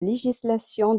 législation